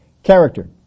Character